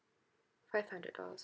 five hundred dollars